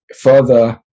Further